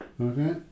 okay